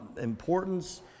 importance